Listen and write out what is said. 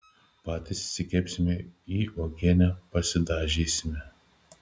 patys išsikepsime į uogienę pasidažysime